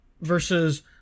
Versus